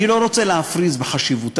אני לא רוצה להפריז בחשיבותה,